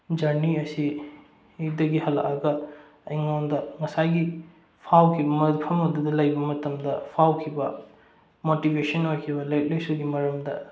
journey ꯑꯁꯤꯗꯒꯤ ꯍꯜꯂꯛꯑꯒ ꯑꯩꯉꯣꯟꯗ ꯉꯁꯥꯏꯒꯤ ꯐꯥꯎꯈꯤꯕ ꯃꯐꯝ ꯑꯗꯨꯗ ꯂꯩꯕ ꯃꯇꯝꯗ ꯐꯥꯎꯈꯤꯕ ꯃꯣꯇꯤꯕꯦꯁꯟ ꯑꯣꯏꯈꯤꯕ ꯂꯥꯏꯔꯤꯛ ꯂꯥꯏꯁꯨꯒꯤ ꯃꯔꯝꯗ